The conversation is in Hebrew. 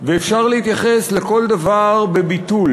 ואפשר להתייחס לכל דבר בביטול,